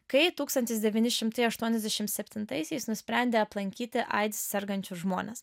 kai tūkstantis devyni šimtai aštuoniasdešim septintaisiais nusprendė aplankyti aids sergančius žmones